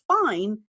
fine